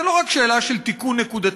זה לא רק שאלה של תיקון נקודתי,